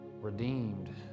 redeemed